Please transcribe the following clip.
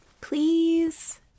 Please